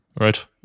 right